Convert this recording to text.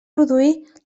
produir